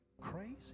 crazy